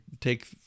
take